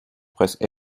presque